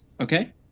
Okay